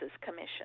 commission